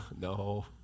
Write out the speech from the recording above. no